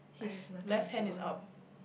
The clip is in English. his left hand is up